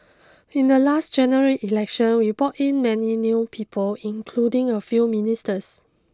in the last general election we brought in many new people including a few ministers